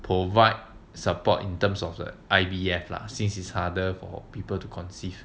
provide support in terms of the I_V_F lah since is harder for people to conceive